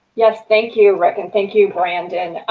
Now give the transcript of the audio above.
yes, thank you rick, and thank you brandon.